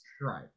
Right